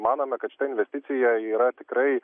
manome kad šita investicija yra tikrai